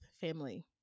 family